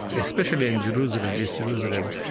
especially in jerusalem, east jerusalem,